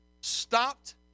stopped